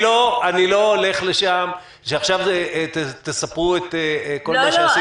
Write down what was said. אני לא הולך לשם, שעכשיו תספרו את כל מה שעשיתם.